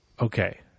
Okay